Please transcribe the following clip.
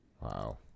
Wow